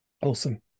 Awesome